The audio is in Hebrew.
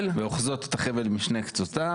שאוחזות את החבל --- ואוחזות את החבל משני קצותיו,